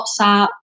WhatsApp